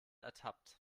ertappt